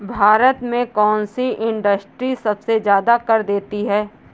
भारत में कौन सी इंडस्ट्री सबसे ज्यादा कर देती है?